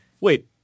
wait